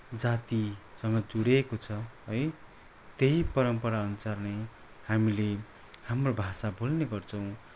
जातिसँग जोडिएको छ है त्यही परम्परा अनुसार नै हामीले हाम्रो भाषा बोल्ने गर्छौँ